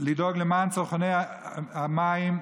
לדאוג לצרכני המים,